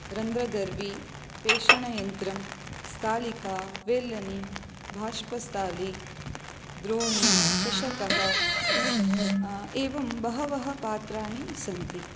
रन्ध्रदर्वी पेषणयन्त्रं स्थालिका वेल्लनी भाष्पस्थाली द्रोणी चषकः एवं बहवः पात्राणि सन्ति